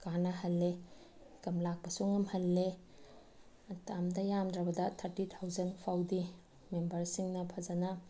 ꯀꯥꯟꯅꯍꯜꯂꯦ ꯏꯟꯀꯝ ꯂꯥꯛꯄꯁꯨ ꯉꯝꯍꯜꯂꯦ ꯍꯞꯇꯥ ꯑꯃꯗ ꯌꯥꯝꯗ꯭ꯔꯕꯗ ꯊꯥꯔꯇꯤ ꯊꯥꯎꯖꯟ ꯐꯥꯎꯗꯤ ꯃꯦꯝꯕꯔꯁꯤꯡꯅ ꯐꯖꯅ